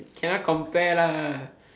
cannot compare lah